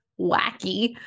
wacky